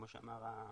כמו שאמר המשנה,